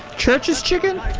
church's chicken